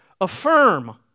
Affirm